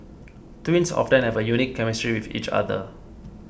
twins often have a unique chemistry with each other